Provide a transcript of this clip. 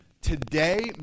today